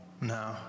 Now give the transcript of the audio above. No